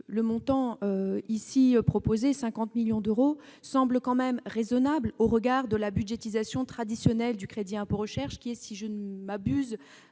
le montant ici proposé- 50 millions d'euros -semble raisonnable au regard de la budgétisation traditionnelle du crédit d'impôt recherche qui doit être, si je ne m'abuse,